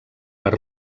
per